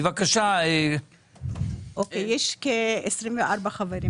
חבר הכנסת רביבו,